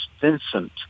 Vincent